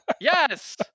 Yes